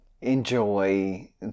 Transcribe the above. enjoy